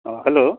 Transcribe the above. অঁ হেল্ল'